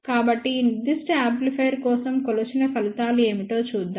కాబట్టి ఈ నిర్దిష్ట యాంప్లిఫైయర్ కోసం కొలిచిన ఫలితాలు ఏమిటో చూద్దాం